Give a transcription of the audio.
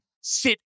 sit